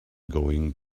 going